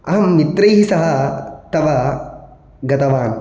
अहं मित्रैः सह तत्र गतवान्